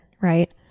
Right